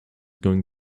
going